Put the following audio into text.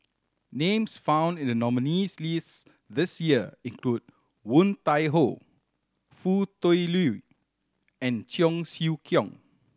names found in the nominees' list this year include Woon Tai Ho Foo Tui Liew and Cheong Siew Keong